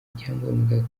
icyangombwa